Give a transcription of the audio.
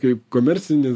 kaip komercinį